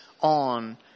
on